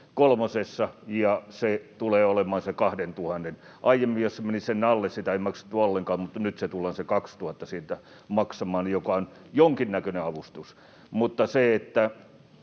kolmosessa, ja se tulee olemaan sen 2 000. Aiemmin, jos se meni sen alle, sitä ei maksettu ollenkaan, mutta nyt tullaan se 2 000 siitä maksamaan, joka on jonkinnäköinen avustus, mutta totta